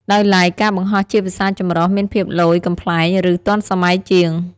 ដោយឡែក ការបង្ហោះជាភាសាចម្រុះមានភាពឡូយ កំប្លែង ឬ ទាន់សម័យជាង។